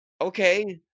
okay